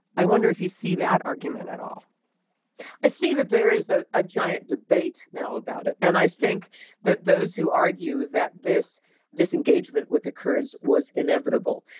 i wonder if you see that argument at all i see that there is a ah giant debate now about it. and i think that those who argue that this disengagement with the kurds was inevitable.